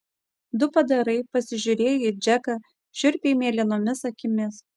du padarai pasižiūrėjo į džeką šiurpiai mėlynomis akimis